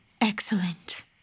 Excellent